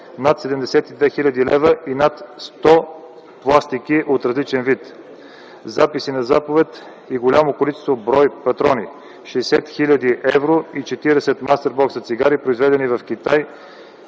над 72 хил. лв. и над 100 пластики от различен вид, записи на заповед и голямо количество броя патрони; - 60 хил. евро и 40 мастербокса цигари, произведени в Китай